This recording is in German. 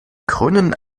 krönenden